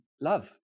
love